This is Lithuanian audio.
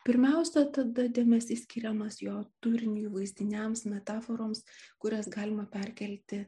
pirmiausia tada dėmesys skiriamas jo turiniui vaizdiniams metaforoms kurias galima perkelti